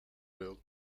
the